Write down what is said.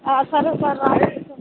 సరే సార్